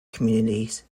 communities